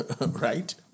right